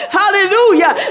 hallelujah